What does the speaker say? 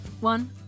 One